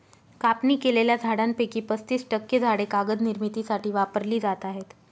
कापणी केलेल्या झाडांपैकी पस्तीस टक्के झाडे कागद निर्मितीसाठी वापरली जात आहेत